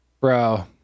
bro